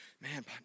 Man